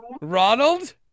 Ronald